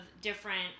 different